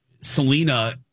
Selena